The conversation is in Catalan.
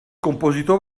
compositor